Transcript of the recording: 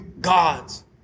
God's